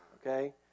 okay